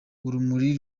urumuri